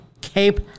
Cape